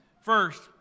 First